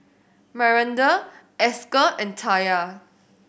Myranda Esker and Taya